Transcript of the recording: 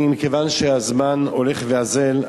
מכיוון שהזמן הולך ואוזל,